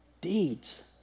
deeds